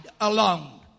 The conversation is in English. alone